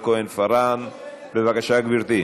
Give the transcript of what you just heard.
, בבקשה, גברתי.